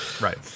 Right